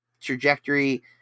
trajectory